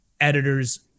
editors